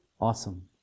awesome